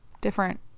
different